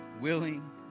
willing